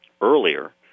earlier